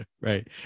right